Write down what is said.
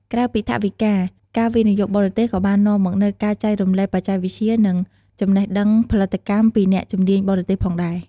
ក្រៅពីថវិកា ការវិនិយោគបរទេសក៏បាននាំមកនូវការចែករំលែកបច្ចេកវិទ្យា និងចំណេះដឹងផលិតកម្មពីអ្នកជំនាញបរទេសផងដែរ។